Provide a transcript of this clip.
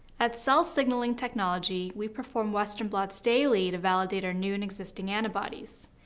at cell signaling technology, we perform western blots daily to validate our new and existing antibodies.